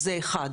זה אחד.